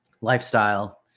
lifestyle